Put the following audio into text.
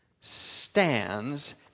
stands